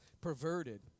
perverted